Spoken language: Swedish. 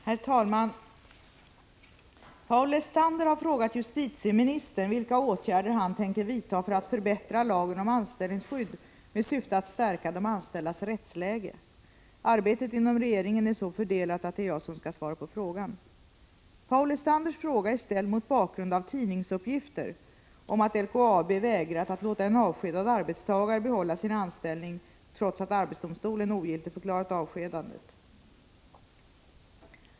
Herr talman! Paul Lestander har frågat justitieministern vilka åtgärder han tänker vidta för att förbättra lagen om anställningsskydd med syfte att stärka de anställdas rättsläge. Arbetet inom regeringen är så fördelat att det är jag som skall svara på frågan. Paul Lestanders fråga är ställd mot bakgrund av tidningsuppgifter om att LKAB vägrat att låta en avskedad arbetstagare behålla sin anställning trots att arbetsdomstolen ogiltigförklarat avskedandet.